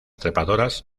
trepadoras